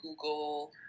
Google